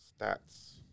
stats